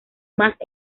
más